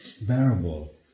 bearable